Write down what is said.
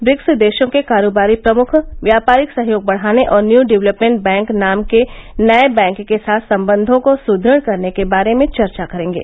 BRICS देशों के कारोबारी प्रमुख व्यापारिक सहयोग बढ़ाने और न्यू डिवेलपमेंट बैंक नाम के नये बैंक के साथ संबंधों को सुदृढ़ करने के बारे में चर्चा करेंगे